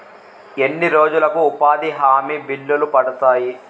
ఎన్ని రోజులకు ఉపాధి హామీ బిల్లులు పడతాయి?